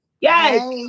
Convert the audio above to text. yes